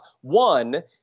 One